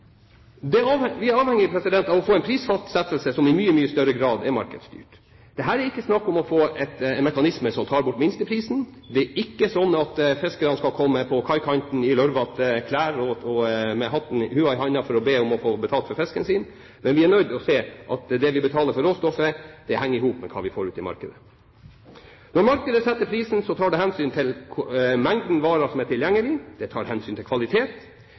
Vi er avhengige av å få en prisfastsettelse som i mye større grad er markedsstyrt. Det er her ikke snakk om å få en mekanisme som tar bort minsteprisen. Det er ikke sånn at fiskerne skal komme på kaikanten i lurvete klær og med lua i hånda for å be om få betalt for fisken sin. Men vi er nødt til å se at det vi betaler for råstoffet, henger sammen med hva vi får ute i markedet. Når markedet setter prisen, tar det hensyn til mengden varer som er tilgjengelig, det tar hensyn til kvalitet,